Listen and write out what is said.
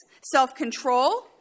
self-control